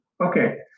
okay